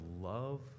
love